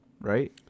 right